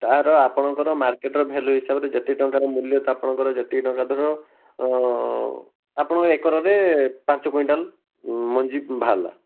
ତାର ଆପଣଙ୍କର ମାର୍କେଟର ଭ୍ୟାଲୁ ହିସାବରେ ଯେତିକି ଟଙ୍କାର ମୂଲ୍ୟ ତା' ଆପଣଙ୍କର ଯେତିକି ଟଙ୍କାର ଧର ଆପଣଙ୍କର ଏକରରେ ପାଞ୍ଚ କୁଇଣ୍ଟାଲ୍ ମଞ୍ଜି ବାହାରିଲା